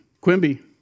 Quimby